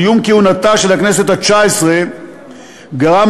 סיום כהונתה של הכנסת התשע-עשרה גרם